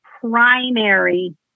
primary